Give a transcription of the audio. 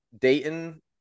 Dayton